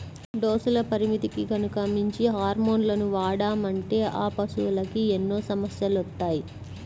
డోసుల పరిమితికి గనక మించి హార్మోన్లను వాడామంటే ఆ పశువులకి ఎన్నో సమస్యలొత్తాయి